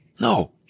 No